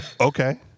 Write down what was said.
Okay